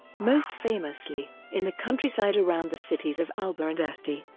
most famously, in the countryside around the cities of alba and asti.